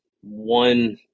one